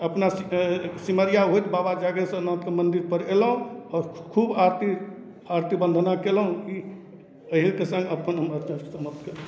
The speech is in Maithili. अपना सी सिमरिया होयत बाबा जागेश्वर नाथके मन्दिरपर अयलहुँ आओर खूब आरती आरती बन्दना कयलहुँ ई एहिके सङ्ग हम अपन अध्याय समाप्त करै छी